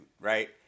right